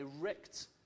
direct